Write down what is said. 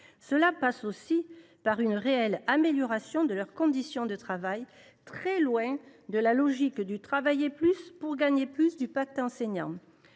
Cela passe aussi par une réelle amélioration de leurs conditions de travail, très loin de la logique du « travailler plus pour gagner plus » du pacte enseignant.